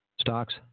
Stocks